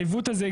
העיוות הזה,